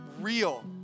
real